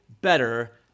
better